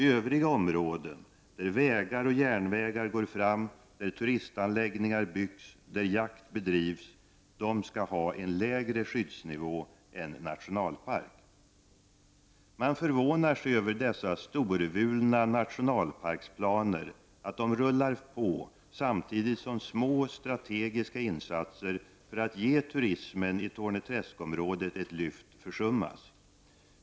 Övriga områden, där vägar och järnvägar går fram, där turistanläggningar byggs, där jakt bedrivs, skall ha en lägre skyddsnivå än nationalpark. Man förvånar sig över att dessa storvulna nationalparksplaner rullar på samtidigt som små, strategiska insatser för att ge turismen i Torne träsk-om rådet ett lyft försummas.